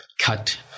cut